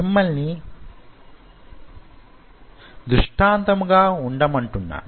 మిమ్మల్ని దృష్టాంతము గా వుండమంటున్నాను